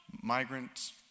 migrants